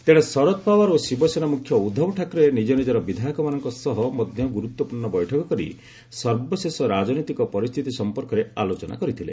ତେଣେ ଶରଦ ପଓ୍ୱାର ଓ ଶିବସେନା ମୁଖ୍ୟ ଉଦ୍ଧବ ଠାକରେ ନିଜ ନିଜର ବିଧାୟକମାନଙ୍କ ସହ ମଧ୍ୟ ଗୁରୁତ୍ୱପୂର୍ଷ ବୈଠକ କରି ସର୍ବଶେଷ ରାଜନୈତିକ ପରିସ୍ଥିତି ସଂପର୍କରେ ଆଲୋଚନା କରିଥିଲେ